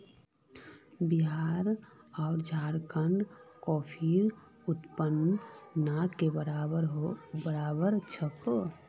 बिहार आर झारखंडत कॉफीर उत्पादन ना के बराबर छेक